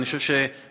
אני חושב שהתכנסנו,